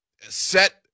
set